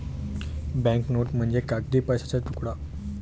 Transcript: bank note म्हणजे कागदी पैशाचा तुकडा